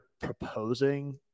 proposing